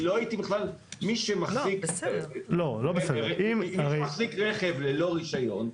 מי שמחזיק רכב ללא רישיון,